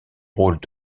rôles